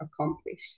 accomplish